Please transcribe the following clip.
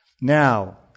Now